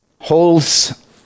holds